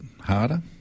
harder